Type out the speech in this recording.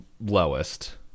lowest